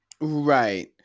Right